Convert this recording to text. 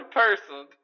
person